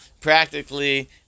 practically